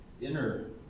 inner